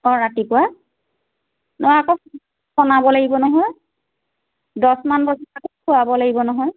অঁ ৰাতিপুৱা ন আকৌ বনাব লাগিব নহয় দছমান বজাৰ আকৌ খুৱাব লাগিব নহয়